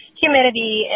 humidity